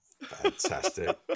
fantastic